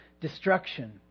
destruction